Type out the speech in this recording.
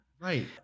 Right